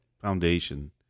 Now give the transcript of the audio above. foundation